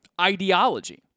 Ideology